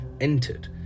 entered